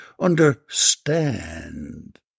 understand